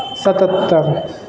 ستتر